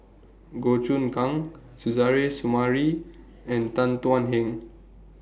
Goh Choon Kang Suzairhe Sumari and Tan Thuan Heng